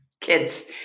kids